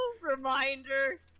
reminder